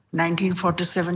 1947